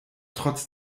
trotz